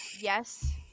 yes